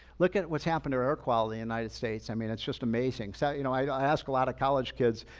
look at at what's happened to air quality in united states. i mean it's just amazing. so you know i ask a lot of college kids,